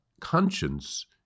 conscience